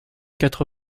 quatre